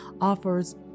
offers